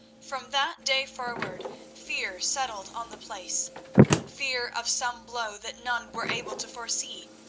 from that day forward fear settled on the place fear of some blow that none were able to foresee,